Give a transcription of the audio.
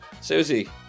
Susie